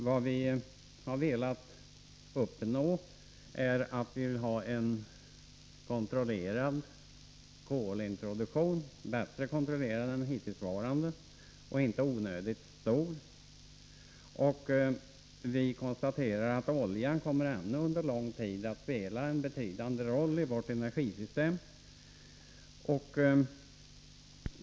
Vad vi har velat uppnå är en kolintroduktion som är bättre planerad än den hittillsvarande — och inte onödigt stor. Vi konstaterar att oljan ändå under lång tid kommer att spela en betydande roll i vårt energisystem.